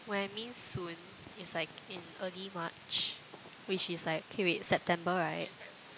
when I mean soon is like in early March which is like okay wait September right